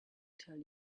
tell